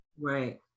Right